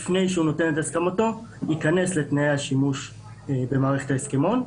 לפני שהוא נותן את הסכמתו ייכנס לתנאי השימוש במערכת ההסכמון,